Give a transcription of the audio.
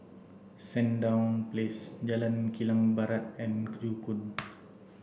Sandown Place Jalan Kilang Barat and Joo Koon